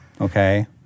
okay